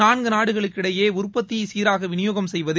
நான்கு நாடுகளுக்கிடையே உற்பத்தியை சீராக விநியோகம் செய்வது